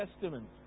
Testament